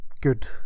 good